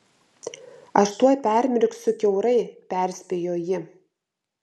aš tuoj permirksiu kiaurai perspėjo ji